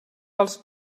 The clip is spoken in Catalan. pels